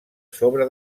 sobre